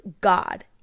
God